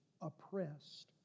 oppressed